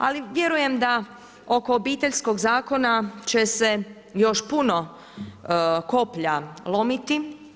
Ali vjerujem da oko Obiteljskog zakona će se još puno koplja lomiti.